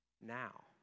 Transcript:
now